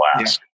ask